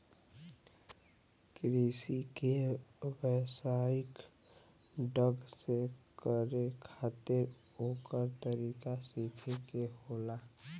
कृषि के व्यवसायिक ढंग से करे खातिर ओकर तरीका सीखे के होला